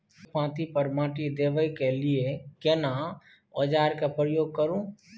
आलू के पाँति पर माटी देबै के लिए केना औजार के प्रयोग करू?